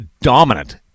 dominant